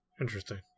interesting